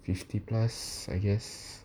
fifty plus I guess